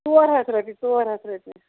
ژور ہَتھ رۄپیہِ ژور ہَتھ رۄپیہِ